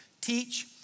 teach